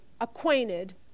acquainted